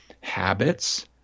habits